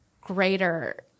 greater